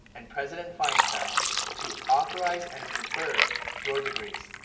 and president feinstein to authorize and confer your degrees.